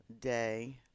day